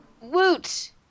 Woot